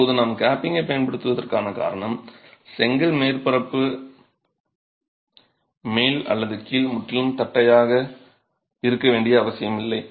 இப்போது நாம் கேப்பிங்கைப் பயன்படுத்துவதற்கான காரணம் செங்கல் மேற்பரப்பு மேல் அல்லது கீழ் முற்றிலும் தட்டையாக இருக்க வேண்டிய அவசியமில்லை